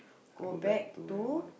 go back to